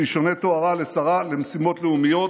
שישונה תוארה לשרה למשימות לאומיות,